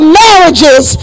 marriages